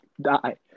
die